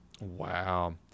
Wow